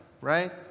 right